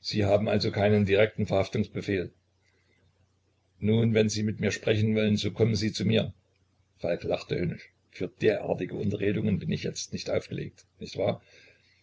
sie haben also keinen direkten verhaftungsbefehl nun wenn sie mit mir sprechen wollen so kommen sie zu mir falk lachte höhnisch für derartige unterredungen bin ich jetzt nicht aufgelegt nicht wahr